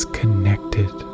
connected